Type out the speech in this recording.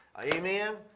Amen